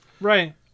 right